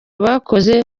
bakoze